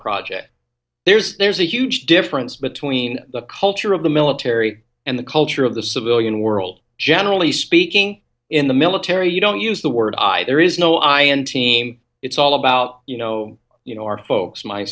project there's there's a huge difference between the culture of the military and the culture of the civilian world generally speaking in the military you don't use the word i there is no i in team it's all about you know you know our folks my